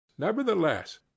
Nevertheless